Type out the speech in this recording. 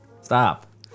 stop